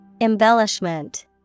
Embellishment